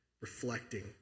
reflecting